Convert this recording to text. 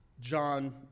John